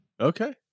Okay